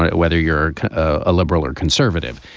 ah whether you're a liberal or conservative,